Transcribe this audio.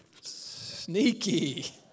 Sneaky